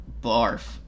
barf